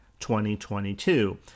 2022